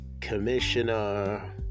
Commissioner